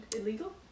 illegal